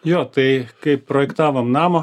jo tai kaip projektavom namą